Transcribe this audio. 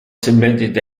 submitted